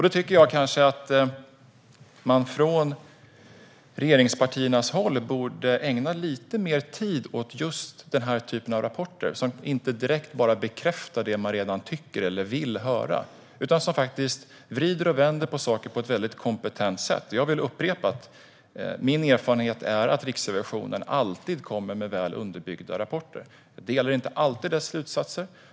Då tycker jag kanske att man från regeringspartiernas håll borde ägna lite mer tid åt just den här typen av rapporter, som inte bara bekräftar det man redan tycker eller vill höra utan som faktiskt vrider och vänder på saker på ett väldigt kompetent sätt. Jag vill upprepa: Min erfarenhet är att Riksrevisionen alltid kommer med väl underbyggda rapporter. Jag delar inte alltid slutsatserna.